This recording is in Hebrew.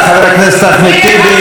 חבר הכנסת אחמד טיבי,